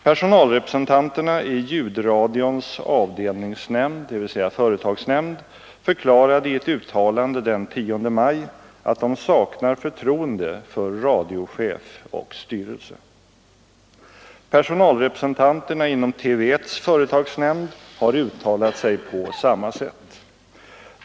Personalrepresentanterna i ljudradions avdelningsnämnd, dvs. företagsnämnd, förklarade i ett uttalande den 10 maj att de saknar förtroende för radiochef och styrelse. Personalrepresentanterna inom TV 1:s företagsnämnd har uttalat sig på samma sätt.